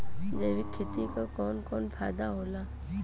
जैविक खेती क कवन कवन फायदा होला?